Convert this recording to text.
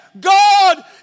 God